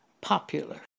popular